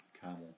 camel